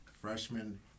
freshman